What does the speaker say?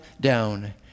down